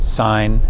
sign